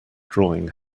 drawing